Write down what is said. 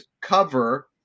cover